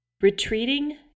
Retreating